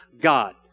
God